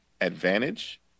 advantage